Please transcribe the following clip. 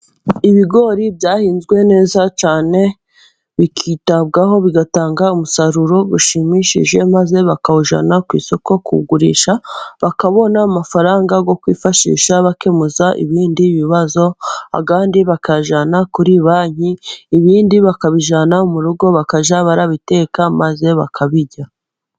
Ibigori byahinzwe neza cyane bikitabwaho bigatanga umusaruro ushimishije, maze bakawujyana ku isoko, kugurisha bakabona amafaranga yo kwifashisha bakemura ibindi bibazo, abandi bakajyana kuri banki, ibindi bakabijyana mu rugo bakajya babiteka maze bakabirya.